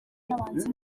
n’abahanzi